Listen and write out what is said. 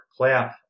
playoff